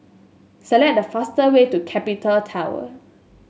select the faster way to Capital Tower